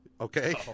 Okay